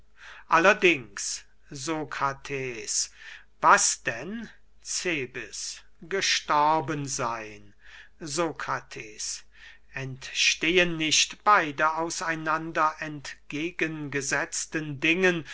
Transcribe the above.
allerdings sokrates was denn cebes gestorben seyn sokrates entstehen nicht beide aus einander entgegen gesetzten dingen